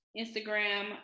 Instagram